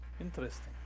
Interesting